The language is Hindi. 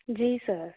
जी सर